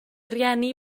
rieni